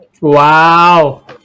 Wow